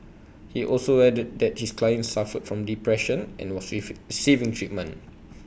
he also added that his client suffered from depression and was saving treatment